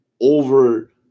over